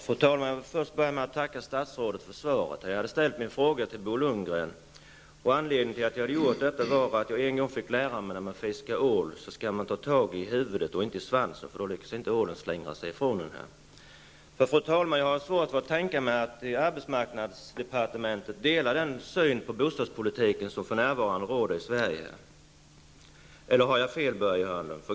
Fru talman! Jag vill börja med att tacka statsrådet för svaret. Jag hade ställt min fråga till Bo Lundgren, och anledningen till att jag hade gjort det var att jag en gång fått lära mig att när man fiskar ål skall man ta tag i huvudet och inte i svansen -- då lyckas inte ålen slingra sig ifrån en. Fru talman! Jag har svårt att tänka mig att man i arbetsmarknadsdepartementet delar den syn på bostadspolitiken som för närvarande råder i Sverige. Eller har jag fel, Börje Hörnlund?